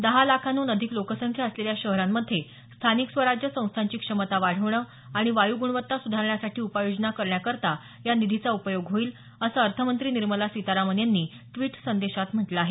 दहा लाखांहून अधिक लोकसंख्या असलेल्या शहरांमध्ये स्थानिक स्वराज्य संस्थांची क्षमता वाढवणं आणि वायू गुणवत्ता सुधारण्यासाठी उपाययोजना करण्याकरता या निधीचा उपयोग होईल असं अर्थमंत्री निर्मला सीतारामन यांनी ट्विट संदेशात म्हटलं आहे